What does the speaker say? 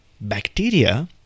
bacteria